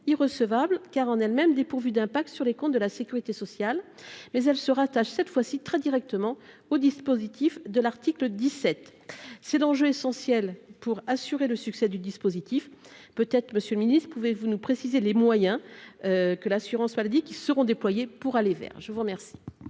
irrecevable car en elle même dépourvu d'impact sur les comptes de la Sécurité sociale, mais elle se rattache cette fois-ci très directement au dispositif de l'article 17 c'est l'enjeu essentiel pour assurer le succès du dispositif peut-être Monsieur le Ministre, pouvez-vous nous préciser les moyens que l'assurance maladie qui seront déployés pour aller vers, je vous remercie.